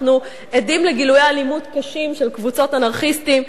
אנחנו עדים לגילויי אלימות קשים של קבוצות אנרכיסטים.